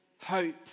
hope